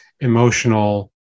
emotional